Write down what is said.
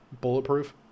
Bulletproof